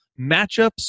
matchups